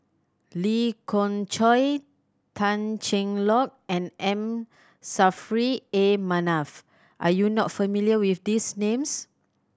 Lee Khoon Choy Tan Cheng Lock and M Saffri A Manaf are you not familiar with these names